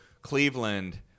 Cleveland